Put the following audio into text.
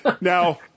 Now